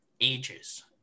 ages